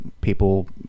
people